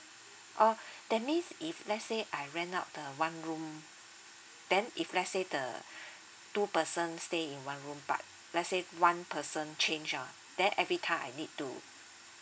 oh that means if let's say I rent out the one room then if let's say the two persons stay in one room but let's say one person change ah then every time I need to